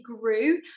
grew